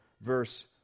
verse